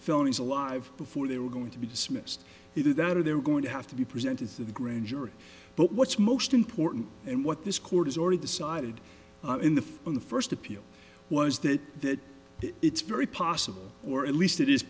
is alive before they were going to be dismissed either that or they're going to have to be presented to the grand jury but what's most important and what this court has already decided in the in the first appeal was that it's very possible or at least it is